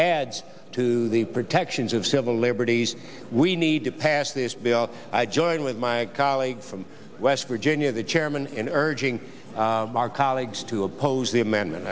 adds to the protections of civil liberties we need to pass this bill i join with my colleague from west virginia the chairman and urging our colleagues to oppose the amendment